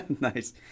Nice